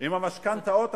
עם המשכנתאות המוצעות.